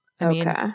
Okay